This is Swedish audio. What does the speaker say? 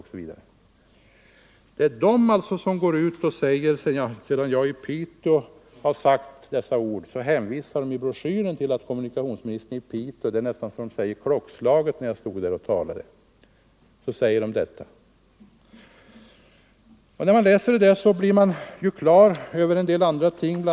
De hänvisar i sin broschyr till vad jag sade i Piteå — det är nästan så att de anger klockslaget när jag stod där och talade. När man läser den broschyren förstår man också en del andra ting. Bl.